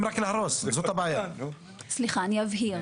טוב, שנייה רגע.